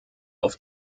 auf